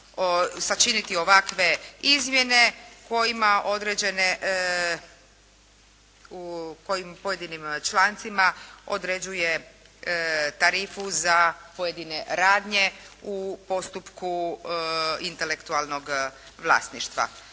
sačiniti ovakve izmjene kojima određene, u kojim pojedinim člancima određuje tarifu za pojedine radnje u postupku intelektualnog vlasništva.